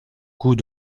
coup